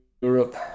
Europe